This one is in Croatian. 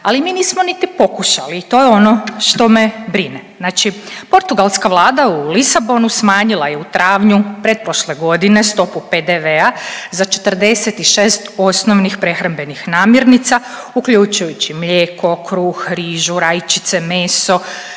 ali mi nismo niti pokušali i to je ono što me brine. Znači portugalska vlada u Lisabonu smanjila je u travnju pretprošle godine stopu PDV-a za 46 osnovnih prehrambenih namirnica uključujući mlijeko, kruh, rižu, rajčice, meso,